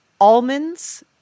almonds